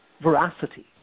veracity